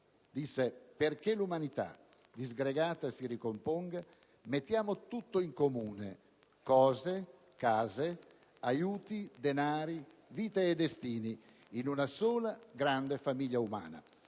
«Perché l'umanità disgregata si ricomponga, mettiamo tutto in comune: cose, case, aiuti, denari, vita e destini, in una sola grande famiglia umana».